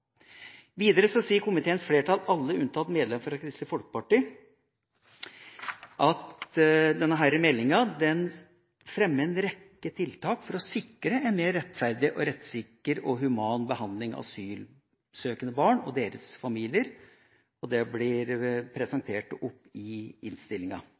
Videre sier komiteens flertall, alle unntatt medlemmet fra Kristelig Folkeparti, at det i denne meldinga fremmes en rekke tiltak for å sikre en mer rettferdig, rettssikker og human behandling av asylsøkende barn og deres familier, og det blir presentert i innstillinga.